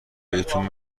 بهتون